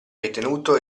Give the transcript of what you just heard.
ritenuto